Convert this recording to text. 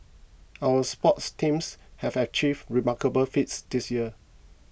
our sports teams have achieved remarkable feats this year